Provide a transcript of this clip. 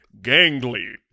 Gangly